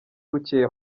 bucyeye